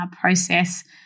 process